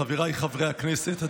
חבריי חברי הכנסת,